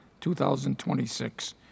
2026